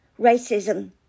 Racism